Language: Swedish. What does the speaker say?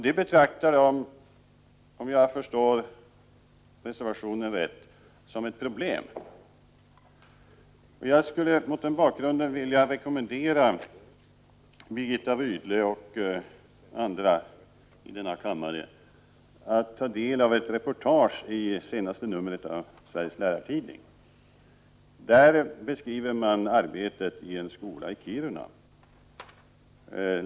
Det betraktar de, om jag förstår reservationen rätt, som ett problem. Mot den bakgrunden skulle jag vilja rekommendera Birgitta Rydle och andra i denna kammare att ta del av ett reportage i senaste numret av Lärartidningen. Där beskriver man arbetet i en skola i Kiruna.